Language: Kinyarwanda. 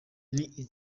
iri